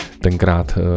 tenkrát